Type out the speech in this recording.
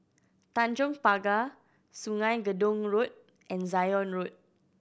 Tanjong Pagar Sungei Gedong Road and Zion Road